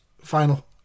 final